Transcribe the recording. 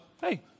hey